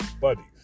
buddies